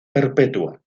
perpetua